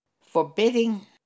forbidding